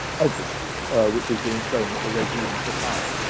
everything which is being thrown at the regime at the time.